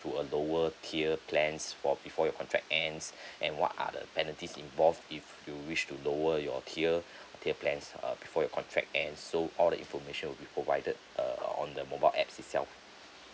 to a lower tier plans for before your contact ends and what are the penalties involved if you wish to lower your tier tier plans uh before your contact end so all the information will be provided uh on the mobile apps itself